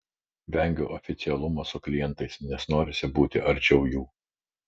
vengiu oficialumo su klientais nes norisi būti arčiau jų